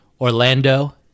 Orlando